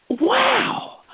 wow